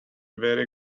very